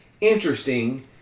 interesting